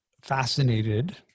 fascinated